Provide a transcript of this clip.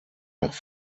nach